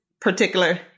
particular